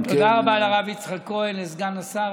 תודה רבה לרב יצחק כהן, סגן השר.